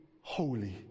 holy